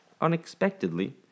unexpectedly